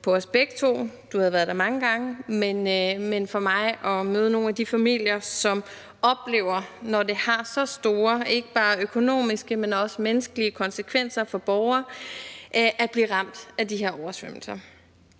du har været der mange gange – at møde nogle af de familier, som oplever, når det har så store konsekvenser for borgere, ikke bare økonomiske, men også menneskelige, at blive ramt af de her oversvømmelser.